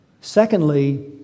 Secondly